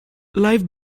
life